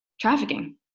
trafficking